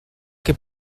que